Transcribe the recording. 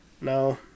No